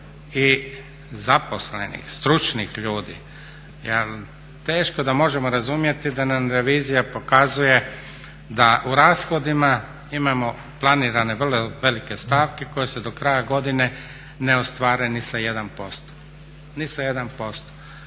i zaposlenih, stručnih ljudi. Jer teško je da možemo razumjeti da nam revizija pokazuje da u rashodima imamo planirane vrlo velike stavke koje se do kraja godine ne ostvare ni sa 1%,